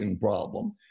problem